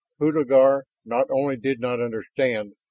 hulagur not only did not understand,